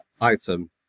item